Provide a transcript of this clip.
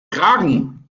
kragen